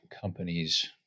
companies